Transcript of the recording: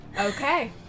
okay